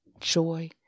joy